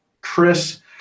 Chris